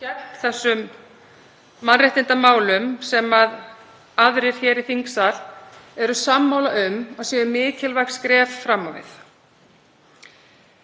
gegn þessum mannréttindamálum sem aðrir hér í þingsal eru sammála um að séu mikilvæg skref fram á við.